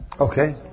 Okay